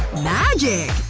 magic!